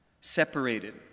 separated